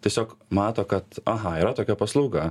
tiesiog mato kad aha yra tokia paslauga